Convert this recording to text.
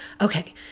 Okay